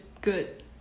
good